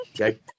okay